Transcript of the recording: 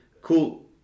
cool